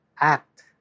act